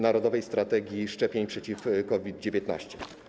narodowej strategii szczepień przeciw COVID-19.